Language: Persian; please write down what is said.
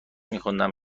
میخوندم